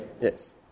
Yes